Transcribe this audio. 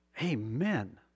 Amen